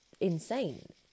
insane